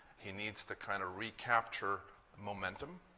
he needs to kind of recapture momentum.